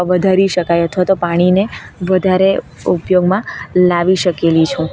વધારી શકાય અથવા તો પાણીને વધારે ઉપયોગમાં લાવી શકેલી છું